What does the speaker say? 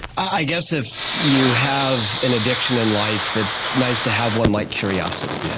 i guess if you have an addiction in life it's nice to have one like curiosity. yeah